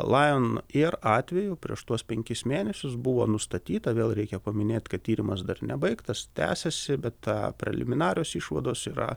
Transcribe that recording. lajon eir atveju prieš tuos penkis mėnesius buvo nustatyta vėl reikia paminėt kad tyrimas dar nebaigtas tęsiasi bet preliminarios išvados yra